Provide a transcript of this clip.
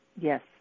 Yes